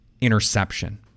interception